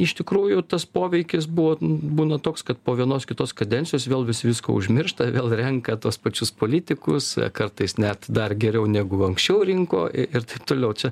iš tikrųjų tas poveikis buvo būna toks kad po vienos kitos kadencijos vėl visi viską užmiršta vėl renka tuos pačius politikus kartais net dar geriau negu anksčiau rinko i ir toliau čia